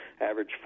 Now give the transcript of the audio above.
average